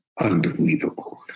unbelievable